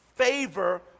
favor